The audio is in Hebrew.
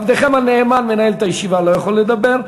עבדכם הנאמן מנהל את הישיבה, לא יכול לדבר.